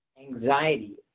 anxiety